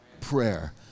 prayer